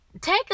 Take